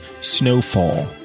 snowfall